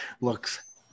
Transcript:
looks